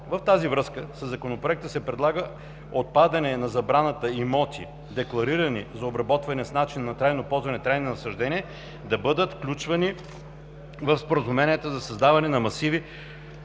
В тази връзка със Законопроекта се предлага отпадане на забраната имоти, декларирани за обработване с начин на трайно ползване „трайни насаждения“, да бъдат включвани в споразуменията за създаване на масиви